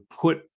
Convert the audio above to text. put